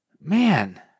man